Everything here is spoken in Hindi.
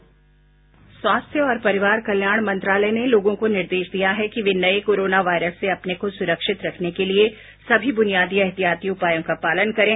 बाईट स्वास्थ्य और परिवार कल्याण मंत्रालय ने लोगों को निर्देश दिया है कि वे नये कोरोना वायरस से अपने को सुरक्षित रखने के लिए सभी बुनियादी एहतियाती उपायों का पालन करें